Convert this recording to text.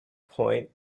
point